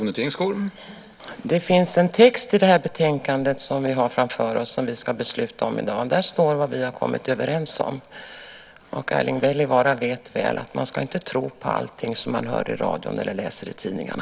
Herr talman! Det finns en text i det betänkande som vi har framför oss som vi ska besluta om i dag. Där står det vad vi har kommit överens om. Erling Wälivaara vet väl att man inte ska tro på allting som man hör i radion eller läser i tidningarna.